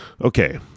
Okay